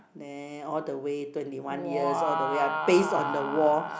there all the way twenty one years all the way I paste on the wall